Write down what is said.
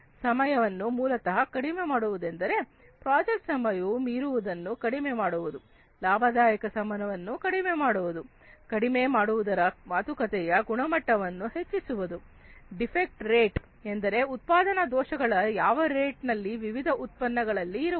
ಸಮಯವನ್ನು ಮೂಲತಃ ಕಡಿಮೆ ಮಾಡುವುದೆಂದರೆ ಪ್ರಾಜೆಕ್ಟ್ ಸಮಯವು ಮೀರುವುದನ್ನು ಕಡಿಮೆ ಮಾಡುವುದು ಲಾಭದಾಯಕ ಸಮಯವನ್ನು ಕಡಿಮೆ ಮಾಡುವುದು ಕಡಿಮೆ ಮಾಡುವುದರ ಮಾತುಕತೆಯ ಗುಣಮಟ್ಟವನ್ನು ಹೆಚ್ಚಿಸುವುದು ಡಿಫೆಕ್ಟ್ ರೇಟ್ ಎಂದರೆ ಉತ್ಪಾದನಾ ದೋಷಗಳು ಯಾವ ರೇಟ್ ನಲ್ಲಿ ವಿವಿಧ ಉತ್ಪನ್ನಗಳಲ್ಲಿ ಇರುವುದು